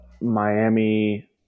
Miami